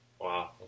Wow